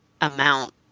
amount